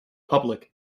public